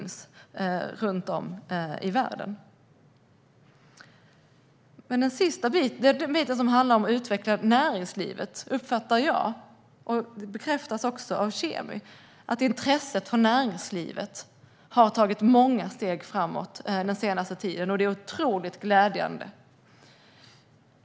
När det gäller den del som handlar om att utveckla näringslivet uppfattar jag att intresset från näringslivet har tagit många steg framåt den senaste tiden, och det är otroligt glädjande. Detta bekräftas också av Kemikalieinspektionen.